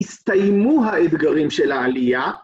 ‫הסתיימו האתגרים של העלייה.